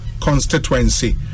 Constituency